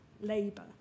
labour